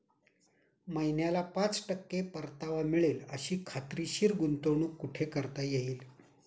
महिन्याला पाच टक्के परतावा मिळेल अशी खात्रीशीर गुंतवणूक कुठे करता येईल?